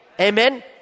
Amen